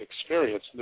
experience